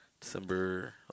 December